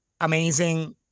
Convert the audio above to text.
amazing